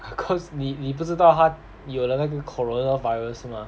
cause 你你不知道她有了那个 corona virus mah